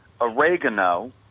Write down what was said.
oregano